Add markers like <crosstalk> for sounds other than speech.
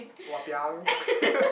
!wapiang! <laughs>